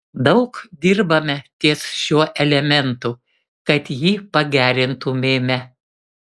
daug dirbame ties šiuo elementu kad jį pagerintumėme